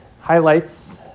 highlights